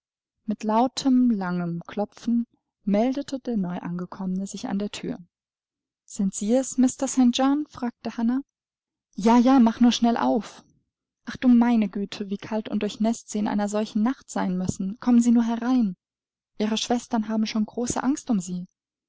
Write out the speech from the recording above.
mit lautem langem klopfen meldete der neuangekommene sich an der thür sind sie es mr st john fragte hannah ja ja mach nur schnell auf ach du meine güte wie kalt und durchnäßt sie in einer solchen nacht sein müssen kommen sie nur herein ihre schwestern haben schon große angst um sie